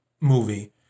movie